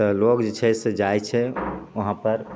तऽ लोग जे छै से जाइ छै वहाँ पर